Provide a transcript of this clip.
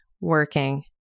working